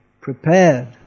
prepared